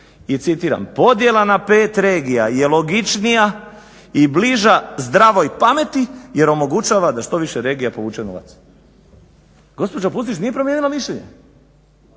i citiram "podjela na 5 regija je logičnija i bliža zdravoj pameti jer omogućava da što više regija povuče novac". Gospođa Pusić nije promijenila mišljenje.